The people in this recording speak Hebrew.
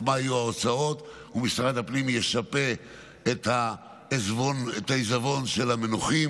היו ההוצאות ומשרד הפנים ישפה את העיזבון של המנוחים.